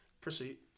Proceed